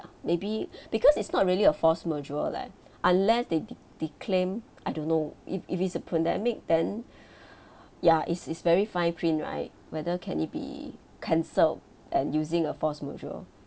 maybe because it's not really a force leh unless they de~ declaim I don't know if if it's a pandemic then ya is is very fine print right whether can it be cancelled and using a force